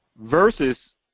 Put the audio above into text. versus